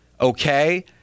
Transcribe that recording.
okay